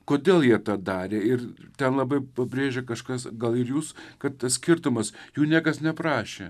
kodėl jie tą darė ir ten labai pabrėžia kažkas gal ir jūs kad tas skirtumas jų niekas neprašė